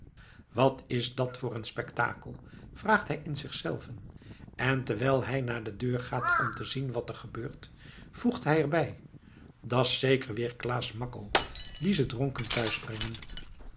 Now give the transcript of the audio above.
wat is dat voor een spektakel vraagt hij in zichzelven en terwijl hij naar de deur gaat om te zien wat er gebeurt voegt hij er bij dat's zeker weer claas makko dien ze dronken